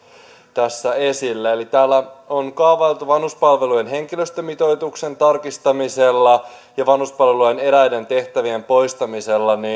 tässä esille eli täällä on kaavailtu vanhuspalvelujen henkilöstömitoituksen tarkistamisella ja vanhuspalvelulain eräiden tehtävien poistamisella